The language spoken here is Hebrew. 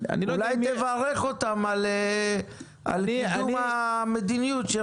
אולי תברך אותם על קידום המדיניות שרצית.